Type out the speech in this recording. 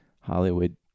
Hollywood